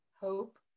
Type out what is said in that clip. hope